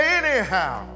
anyhow